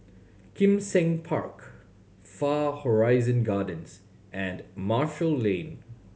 Kim Seng Park Far Horizon Gardens and Marshall Lane